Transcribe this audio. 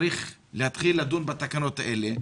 צריך להתחיל לדון בתקנות האלה,